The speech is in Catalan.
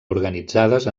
organitzades